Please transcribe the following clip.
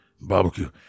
barbecue